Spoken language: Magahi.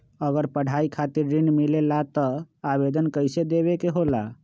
अगर पढ़ाई खातीर ऋण मिले ला त आवेदन कईसे देवे के होला?